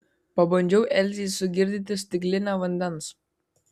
pabandžiau elzei sugirdyti stiklinę vandens